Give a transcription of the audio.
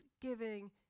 giving